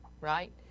right